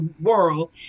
world